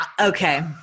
okay